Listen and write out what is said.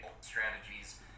strategies